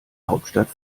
hauptstadt